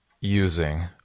using